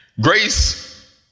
Grace